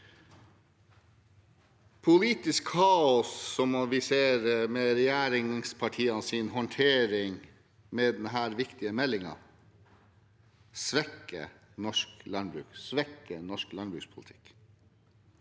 Politisk kaos, som vi ser med regjeringspartienes håndtering av denne viktige meldingen, svekker norsk landbruk og norsk landbrukspolitikk.